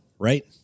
right